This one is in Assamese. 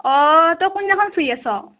অ' তই কোন দিনাখন ফ্ৰী আছ'